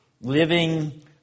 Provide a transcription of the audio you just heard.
living